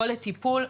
בוא לטיפול,